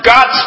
God